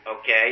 okay